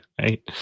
Right